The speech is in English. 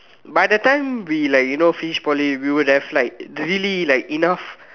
by the time we like you know finish Poly we would have like really enough